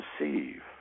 receive